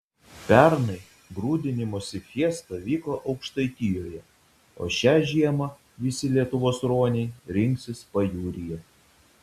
pernai grūdinimosi fiesta vyko aukštaitijoje o šią žiemą visi lietuvos ruoniai rinksis pajūryje